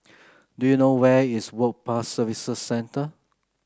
do you know where is Work Pass Services Centre